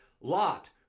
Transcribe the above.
Lot